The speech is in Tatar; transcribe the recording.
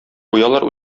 куялар